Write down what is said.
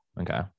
Okay